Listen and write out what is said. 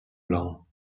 blancs